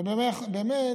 ובאמת,